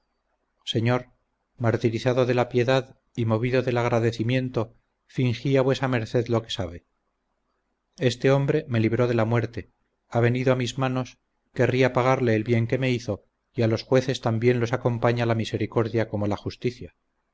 señor martirizado de la piedad y movido del agradecimiento fingí a vuesa merced lo que sabe este hombre me libró de la muerte ha venido a mis manos querría pagarle el bien que me hizo y a los jueces tan bien los acompaña la misericordia como la justicia